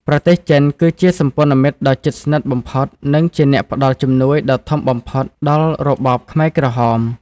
ប្រទេសចិនគឺជាសម្ព័ន្ធមិត្តដ៏ជិតស្និទ្ធបំផុត និងជាអ្នកផ្ដល់ជំនួយដ៏ធំបំផុតដល់របបខ្មែរក្រហម។